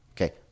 Okay